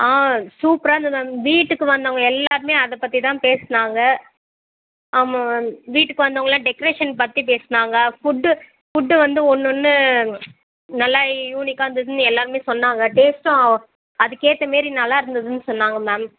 ஆ சூப்பராக இருந்துதாங்க வீட்டுக்கு வந்தவங்க எல்லோருமே அதை பற்றி தான் பேசினாங்க ஆமாம் மேம் வந் வந்தவங்களெலாம் டெக்ரேஷன் பற்றி பேசினாங்க ஃபுட்டு ஃபுட்டு வந்து ஒன்னொன்று நல்லா யூனிக்காக இருந்ததுன்னு எல்லோருமே சொன்னாங்க டேஸ்ட்டும் அதுக்கேற்ற மாரி நல்லா இருந்ததுன்னு சொன்னாங்க மேம்